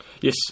Yes